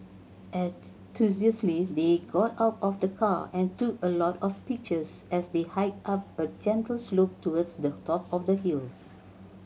enthusiastically they got out of the car and took a lot of pictures as they hiked up a gentle slope towards the top of the hills